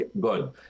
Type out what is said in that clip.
good